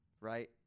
right